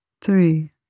Three